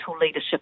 leadership